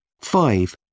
Five